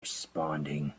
responding